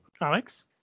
Alex